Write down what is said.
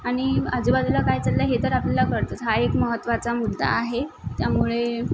आणि आजूबाजूला काय चाललं आहे हे तर आपल्याला कळतंच हा एक महत्वाचा मुद्दा आहे त्यामुळे